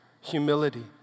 humility